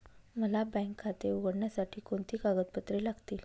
मला बँक खाते उघडण्यासाठी कोणती कागदपत्रे लागतील?